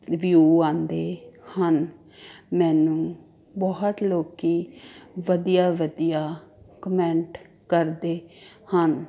view ਆਉਂਦੇ ਹਨ ਮੈਨੂੰ ਬਹੁਤ ਲੋਕੀ ਵਧੀਆ ਵਧੀਆ ਕਮੈਂਟ ਕਰਦੇ ਹਨ